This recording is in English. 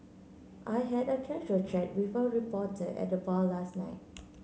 I had a casual chat with a reporter at the bar last night